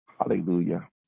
Hallelujah